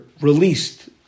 released